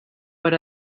per